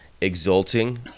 exulting